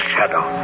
Shadow